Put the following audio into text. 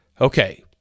Okay